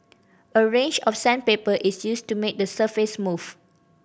a range of sandpaper is used to make the surface smooth